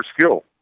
skill